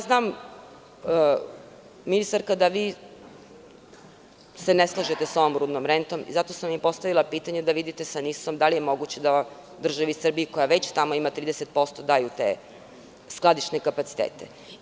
Znam, ministre, da se vi ne slažete sa ovom rudnom rentom i zato sam i postavila pitanje da vidite sa NIS da li je moguće da državi Srbiji, koja tamo ima 30%, daju te skladišne kapacitete.